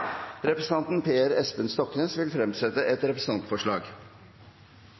Representanten Per Espen Stoknes vil fremsette et representantforslag.